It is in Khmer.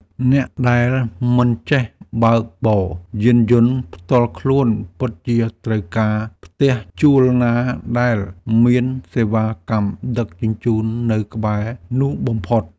អ្នកដែលមិនចេះបើកបរយានយន្តផ្ទាល់ខ្លួនពិតជាត្រូវការផ្ទះជួលណាដែលមានសេវាកម្មដឹកជញ្ជូននៅក្បែរនោះបំផុត។